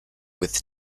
with